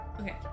Okay